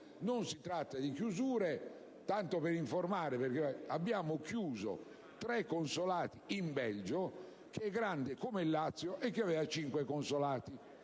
Non si tratta di chiusure. Giusto per informare, faccio presente che abbiamo chiuso tre consolati in Belgio, che è grande come il Lazio e che aveva cinque consolati.